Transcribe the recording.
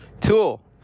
Tool